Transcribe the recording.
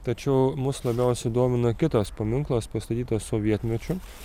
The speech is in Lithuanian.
tačiau mus labiausiai domina kitas paminklas pastatytas sovietmečiu